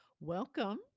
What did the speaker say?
Welcome